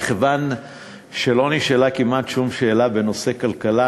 מכיוון שלא נשאלה כמעט שום שאלה בנושא כלכלה,